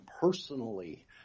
personally